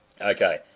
Okay